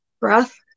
breath